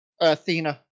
Athena